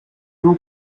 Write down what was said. two